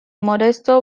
modesto